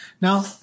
Now